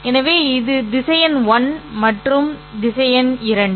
எனவே இது திசையன் 1 மற்றும் இது திசையன் 2